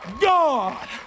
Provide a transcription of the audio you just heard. God